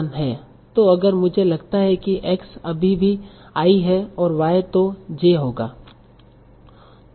तो अगर मुझे लगता है कि x अभी भी i है और y तो j होगा